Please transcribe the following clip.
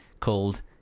called